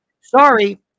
Sorry